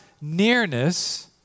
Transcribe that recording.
nearness